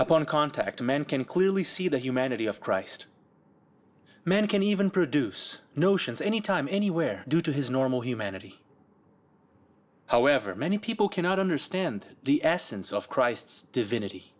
upon contact men can clearly see the humanity of christ a man can even produce notions anytime anywhere due to his normal humanity however many people cannot understand the essence of christ's divinity